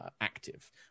active